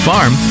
Farm